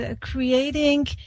creating